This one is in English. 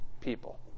people